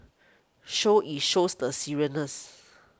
show it shows the seriousness